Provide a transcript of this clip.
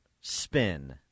spin